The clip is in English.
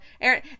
Aaron